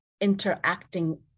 interacting